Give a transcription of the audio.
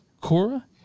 Cora